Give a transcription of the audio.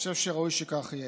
אני חושב שראוי שכך יהיה.